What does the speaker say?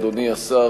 אדוני השר,